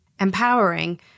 empowering